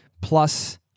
plus